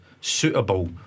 suitable